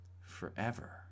forever